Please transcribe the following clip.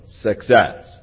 success